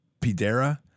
Pidera